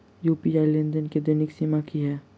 UPI लेनदेन केँ दैनिक सीमा की है?